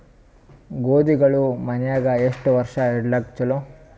ಗೋಧಿಗಳು ಮನ್ಯಾಗ ಎಷ್ಟು ವರ್ಷ ಇಡಲಾಕ ಚಲೋ?